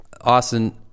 Austin